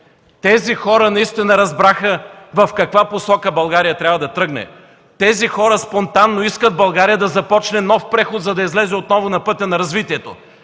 Тези хора наистина разбраха в каква посока България трябва да тръгне, тези хора спонтанно искат България да започне нов преход, за да излезе отново на пътя на развитието.